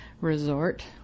resort